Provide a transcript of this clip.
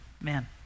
man